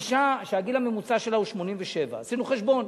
אשה שהגיל הממוצע שלה 87, עשינו חשבון,